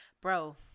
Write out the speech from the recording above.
Bro